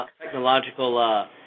technological